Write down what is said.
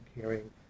caring